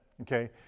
okay